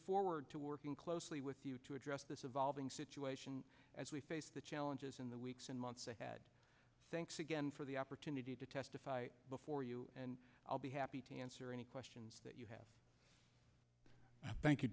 forward to working closely with you to address this evolving situation as we face the challenges in the weeks and months ahead thanks again for the opportunity to testify before you and i'll be happy to answer any questions that you have thank you